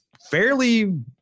fairly